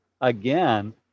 again